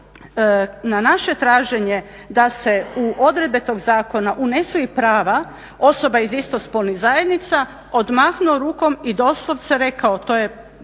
na naše traženje da se u odredbe tog zakona unesu i prava osoba iz istospolnih zajednica odmahnuo rukom i doslovce rekao, to je,